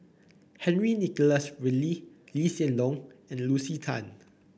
Henry Nicholas Ridley Lee Hsien Loong and Lucy Tan